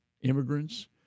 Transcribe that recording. immigrants